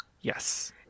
yes